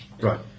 right